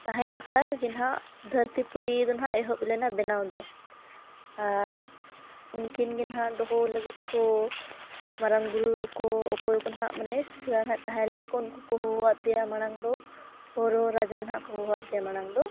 ᱛᱟᱦᱮᱸ ᱵᱟᱠᱷᱨᱟ ᱜᱮ ᱱᱟᱦᱟᱸᱜ ᱫᱷᱟᱹᱨᱛᱤ ᱯᱩᱨᱤ ᱫᱚ ᱱᱟᱦᱟᱸᱜ ᱮᱦᱚᱵ ᱞᱮᱱᱟ ᱵᱮᱱᱟᱣ ᱫᱚ ᱟᱨ ᱩᱱᱠᱤᱱ ᱜᱮ ᱱᱟᱦᱟᱸᱜ ᱫᱚᱦᱚ ᱞᱟᱹᱜᱤᱫ ᱠᱚ ᱢᱟᱨᱟᱝ ᱵᱩᱨᱩ ᱠᱚ ᱚᱠᱚᱭ ᱠᱚ ᱱᱟᱦᱟᱸᱜ ᱢᱟᱱᱮ ᱥᱮᱫ ᱦᱟᱸᱜ ᱛᱟᱦᱮᱸ ᱞᱮᱱᱟ ᱠᱚ ᱩᱱᱠᱩ ᱠᱚ ᱦᱚᱦᱚ ᱟᱫᱮᱭᱟ ᱢᱟᱲᱟᱝ ᱫᱚ ᱦᱚᱨᱚ ᱨᱟᱡᱟ ᱱᱟᱦᱟᱸᱜ ᱠᱚ ᱦᱚᱦᱚ ᱟᱫᱮᱭᱟ ᱢᱟᱲᱟᱝ ᱫᱚ